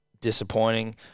Disappointing